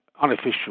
unofficial